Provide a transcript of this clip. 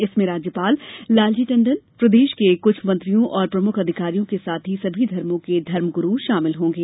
इसमें राज्यपाल लालजी टंडन प्रदेष के कुछ मंत्रियों और प्रमुख अधिकारियों के साथ ही सभी धर्मों के धर्म गुरू षामिल होंगे